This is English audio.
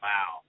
Wow